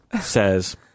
says –